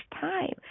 time